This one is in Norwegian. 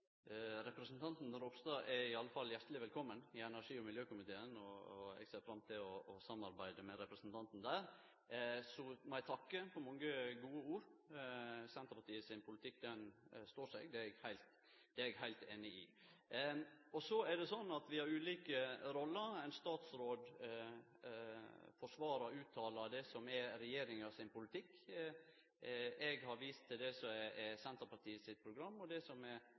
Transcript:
i alle fall hjarteleg velkommen i energi- og miljøkomiteen, og eg ser fram til å samarbeide med representanten der. Så må eg takke for mange gode ord. Senterpartiet sin politikk står seg, det er eg heilt einig i. Så er det slik at vi har ulike roller. Ein statsråd forsvarer og uttaler det som er regjeringa sin politikk, eg har vist til det som er Senterpartiet sitt program, og det som er